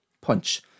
Punch